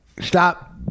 Stop